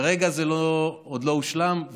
כרגע זה עוד לא הושלם.